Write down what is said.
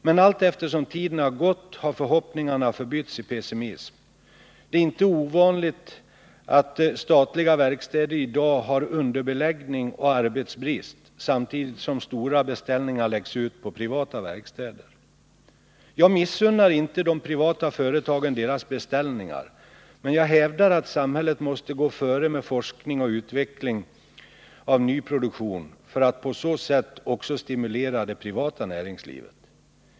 Men allteftersom tiden har gått har förhoppningarna förbytts i pessimism. Det är inte ovanligt att statliga verkstäder i dag har underbeläggning och arbetsbrist samtidigt som stora beställningar läggs ut på privata verkstäder. Jag missunnar inte de privata företagen deras beställningar, men jag hävdar att samhället måste gå före med forskning och utveckling av ny produktion för att på så sätt också stimulera det privata näringslivet.